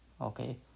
Okay